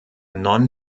non